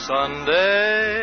Sunday